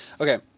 Okay